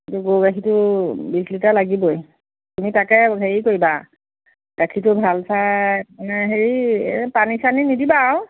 এতিয়া গৰু গাখীৰটো বিছ লিটাৰ লাগিবই তুমি তাকে হেৰি কৰিবা গাখীৰটো ভাল চাই মানে হেৰি পানী চানী নিদিবা আৰু